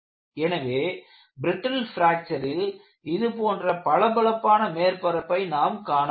எனவே பிரிட்டில் பிராக்சரில் இது போன்ற பளபளப்பான மேற்பரப்பை நாம் காணமுடியும்